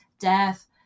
death